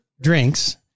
drinks